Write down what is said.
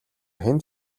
хэнд